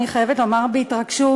אני חייבת לומר בהתרגשות,